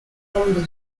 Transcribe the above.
tumbes